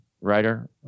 writer